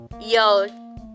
Yo